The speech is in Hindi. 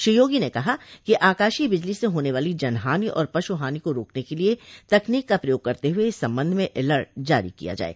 श्री योगी ने कहा कि आकाशीय बिजली से होने वाली जन हानि और पशु हानि को रोकने के लिए तकनीक का प्रयोग करत हुए इस सम्बन्ध में एलर्ट जारी किया जाये